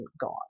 gone